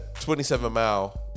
27-mile